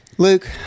Luke